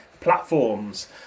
platforms